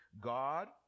God